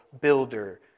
builder